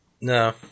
No